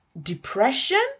depression